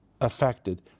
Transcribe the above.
affected